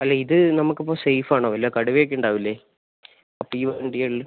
അല്ല ഇത് നമുക്ക് അപ്പം സേഫ് ആണോ വല്ല കടുവയൊക്കെ ഉണ്ടാവില്ലേ അപ്പം ഈ വണ്ടികളിൽ